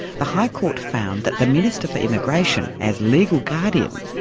the high court found that the minister for immigration, as legal guardian,